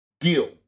deal